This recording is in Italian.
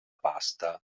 pasta